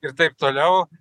ir taip toliau